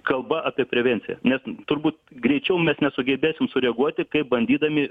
kalba apie prevenciją nes turbūt greičiau mes nesugebėsim sureaguoti kaip bandydami